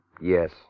yes